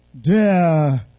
dare